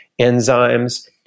enzymes